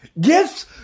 Gifts